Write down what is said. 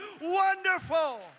wonderful